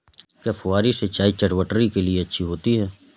क्या फुहारी सिंचाई चटवटरी के लिए अच्छी होती है?